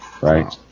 Right